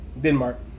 Denmark